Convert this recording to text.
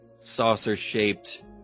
saucer-shaped